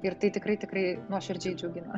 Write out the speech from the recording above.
ir tai tikrai tikrai nuoširdžiai džiugina